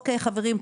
חברים,